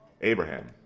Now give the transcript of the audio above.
Abraham